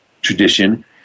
tradition